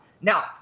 now